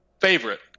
Favorite